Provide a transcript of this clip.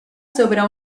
sobre